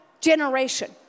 generation